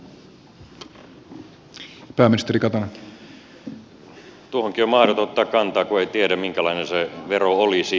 tuohonkin on mahdotonta ottaa kantaa kun ei tiedä minkälainen se vero olisi